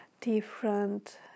different